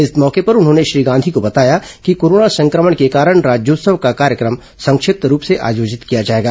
इस मौके पर उन्होंने श्री गांधी को बताया कि कोरोना संक्रमण के कारण राज्योत्सव का कार्यक्रम संक्षिप्त रूप से आयोजित किया जाएगा